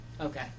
okay